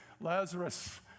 Lazarus